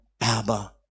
Abba